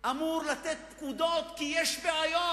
אמור לתת פקודות כי יש בעיות,